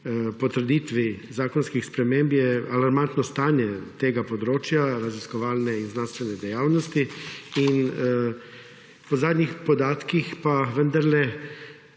potrditvi zakonskih sprememb, je alarmantno stanje tega področja raziskovalne in znanstvene dejavnosti. Po zadnjih podatkih pa vendarle